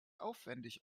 aufwendig